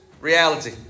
reality